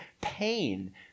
pain